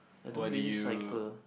I don't really cycle